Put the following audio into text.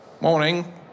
Morning